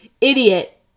idiot